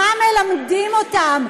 מה מלמדים אותם,